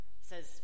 says